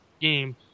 game